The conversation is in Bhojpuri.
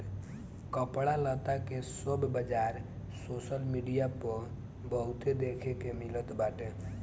कपड़ा लत्ता के सब बाजार सोशल मीडिया पअ बहुते देखे के मिलत बाटे